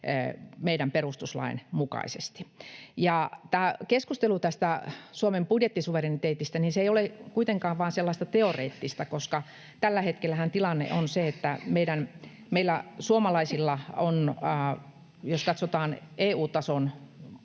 meidän perustuslain mukaisesti. Keskustelu tästä Suomen budjettisuvereniteetista ei ole kuitenkaan vain sellaista teoreettista, koska tällä hetkellähän tilanne on se, että meillä suomalaisilla on, jos katsotaan EU-maita,